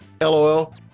LOL